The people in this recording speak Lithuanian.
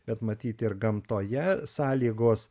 bet matyt ir gamtoje sąlygos